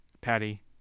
patty